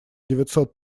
девятьсот